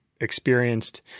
experienced